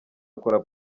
akora